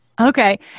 Okay